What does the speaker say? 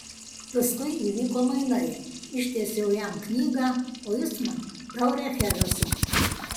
paskui įvyko mainai ištiesiau jam knygą o jis man taurę chereso